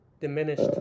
diminished